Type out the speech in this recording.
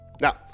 Now